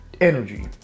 Energy